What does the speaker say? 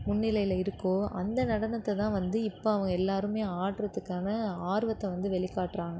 முன்னிலையில் இருக்கோ அந்த நடனத்தை தான் வந்து இப்போ அவங்க எல்லாருமே ஆட்றத்துக்கான ஆர்வத்தை வந்து வெளி காட்டுறாங்க